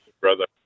brother